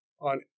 on